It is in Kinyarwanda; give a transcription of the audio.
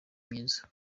myiza